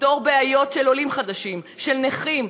לפתור בעיות של עולים חדשים, של נכים.